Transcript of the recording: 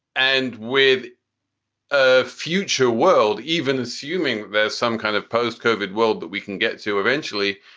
and with a future world, even assuming there's some kind of post covered world that we can get to eventually,